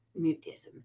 mutism